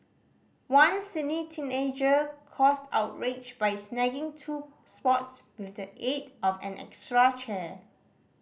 one Sydney teenager caused outrage by snagging two spots with the aid of an extra chair